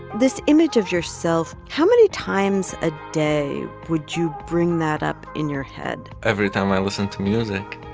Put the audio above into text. this image of yourself how many times a day would you bring that up in your head? every time i listened to music